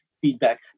feedback